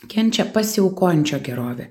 kenčia pasiaukojančio gerovė